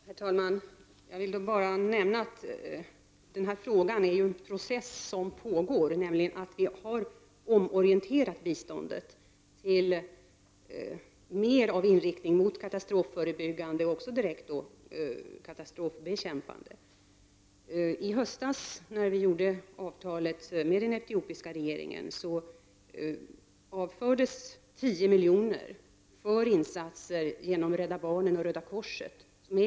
Herr talman! Jag vill bara nämna att det redan pågår en process. Vi har nämligen omorienterat biståndet. Detta är således mera inriktat på katastrofförebyggande och därmed också direkt katastrofbekämpande åtgärder. När vi i höstas träffade avtal med den etiopiska regeringen avfördes 10 miljoner för insatser av just nämnda slag genom Rädda barnen och Röda korset.